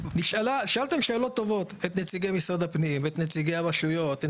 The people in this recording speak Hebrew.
שאלתם את נציגי משרד הפנים ואת נציגי הרשויות,